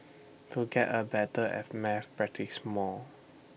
to get A better at math practice more